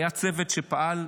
היה צוות שפעל,